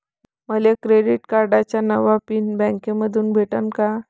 मले क्रेडिट कार्डाचा नवा पिन बँकेमंधून भेटन का?